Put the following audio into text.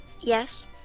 Yes